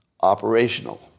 operational